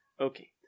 Okay